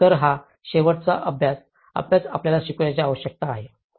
तर हा शेवटचा अभ्यास अभ्यास आपल्याला शिकण्याची आवश्यकता आहे